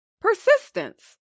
persistence